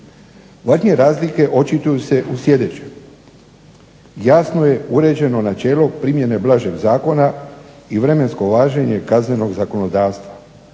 Važnije razlike očituju se u sljedećem, jasno je uređeno načelo primjene blažeg zakona i vremensko važenje kaznenog zakonodavstva,